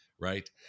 right